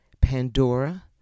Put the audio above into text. Pandora